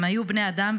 הם היו בני אדם,